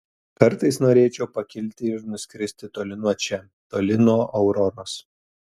kartais norėčiau pakilti ir nuskristi toli nuo čia toli nuo auroros